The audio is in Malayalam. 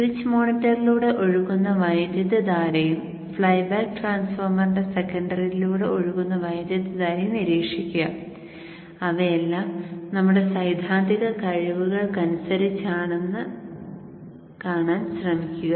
സ്വിച്ച് മോണിറ്ററിലൂടെ ഒഴുകുന്ന വൈദ്യുതധാരയും ഫ്ലൈബാക്ക് ട്രാൻസ്ഫോർമറിന്റെ സെക്കൻഡറിയിലൂടെ ഒഴുകുന്ന വൈദ്യുതധാരയും നിരീക്ഷിക്കുക അവയെല്ലാം നമ്മുടെ സൈദ്ധാന്തിക കിഴിവുകൾക്കനുസൃതമാണെന്ന് കാണാൻ ശ്രമിക്കുക